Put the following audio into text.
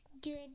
Good